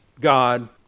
God